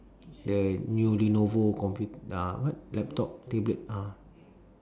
the new lenovo compu~ uh what laptop tablet ah